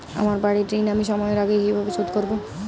আমার বাড়ীর ঋণ আমি সময়ের আগেই কিভাবে শোধ করবো?